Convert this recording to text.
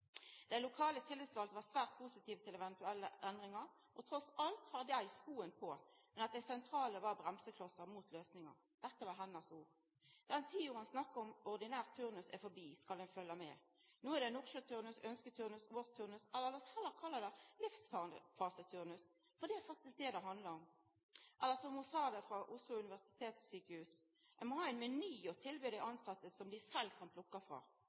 Dei lokalt tillitsvalde var svært positive til eventuelle endringar, og trass alt har dei skoen på, men det sentrale var bremsekloss mot løysingar. Dette var hennar ord. Den tida ein snakkar om ordinær turnus, er forbi, skal ein følgja med. No er det nordsjøturnus, ønsketurnus, årsturnus, eller lat oss heller kalla det livsfaseturnus, for det er faktisk det det handlar om. Eller som ho frå Oslo universitetssjukehus sa: Ein må ha ein meny å tilby dei tilsette som dei sjølve kan plukka frå,